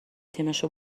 تیمشو